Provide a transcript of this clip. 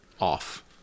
off